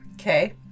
Okay